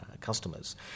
customers